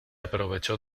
aprovechó